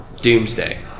Doomsday